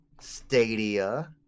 Stadia